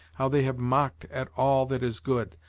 how they have mocked at all that is good,